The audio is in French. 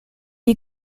est